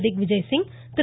Digvijay Singh Thiru